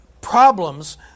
problems